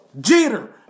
Jeter